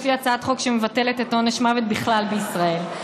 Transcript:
יש לי הצעת חוק שמבטלת את עונש המוות בישראל בכלל.